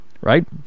Right